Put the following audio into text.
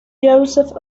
joseph